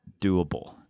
doable